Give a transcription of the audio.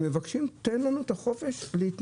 הם מבקשים: תן לנו את החופש להתנהל.